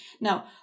Now